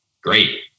Great